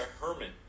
Herman